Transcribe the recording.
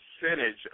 percentage